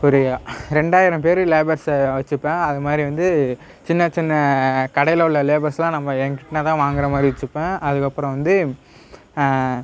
ஒரு ரெண்டாயிரம் பேர் லேபர்ஸ வச்சுப்பேன் அதுமாதிரி வந்து சின்ன சின்ன கடையில் உள்ள லேபர்ஸ் எல்லாம் நம்ம என்கிட்னதான் வாங்குறமாதிரி வச்சுப்பேன் அதுக்கப்புறம் வந்து